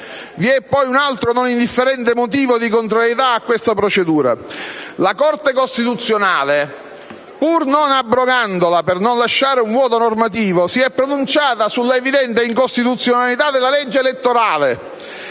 Vi è poi un altro e non indifferente motivo di contrarietà a questa procedura. La Corte costituzionale, pur non abrogandola per non lasciare un vuoto normativo, si è pronunciata sulla evidente incostituzionalità della legge elettorale